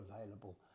available